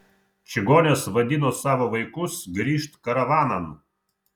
čigonės vadino savo vaikus grįžt karavanan